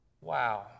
Wow